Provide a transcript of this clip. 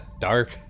Dark